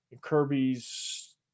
Kirby's